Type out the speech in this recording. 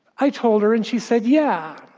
i told her and she said, yeah.